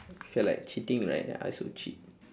felt like cheating right then I also cheat